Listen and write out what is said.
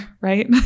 right